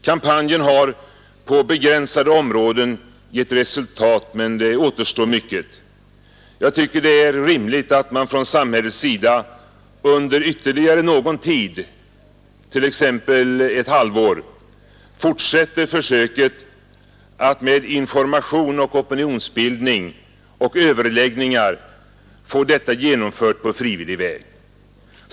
Kampanjen har på begränsade områden gett resultat, men mycket återstår att göra. Jag tycker det är rimligt att man från samhällets sida under ytterligare någon tid — t.ex. ett halvår — fortsätter försöket att med information, opinionsbildning och överläggningar få detta genomfört på frivillig väg.